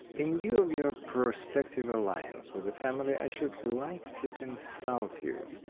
in view of your prospective alliance with the family i should like to consult you